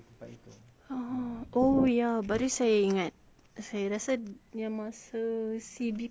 ah oh ya baru saya ingat yang masa C_B period tu